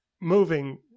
Moving